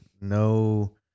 No